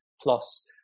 plus